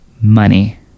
Money